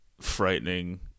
frightening